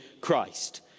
Christ